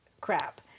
Crap